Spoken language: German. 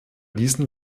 diesen